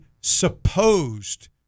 supposed